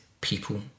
people